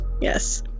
Yes